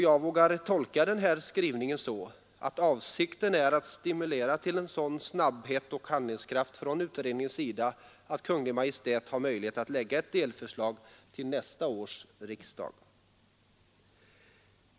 Jag vågar tolka den skrivningen så, att avsikten är att stimulera till en sådan snabbhet och handlingskraft från utredningens sida att Kungl. Maj:t har möjlighet att lägga ett delförslag till nästa års riksdag.